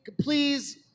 please